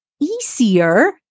easier